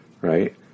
right